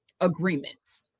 agreements